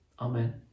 Amen